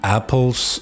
Apple's